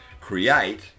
create